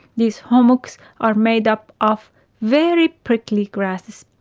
these hummocks are made up of very prickly grasses.